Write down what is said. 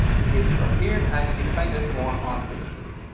the dates are up here and you can find out more on facebook.